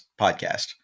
Podcast